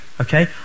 okay